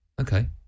Okay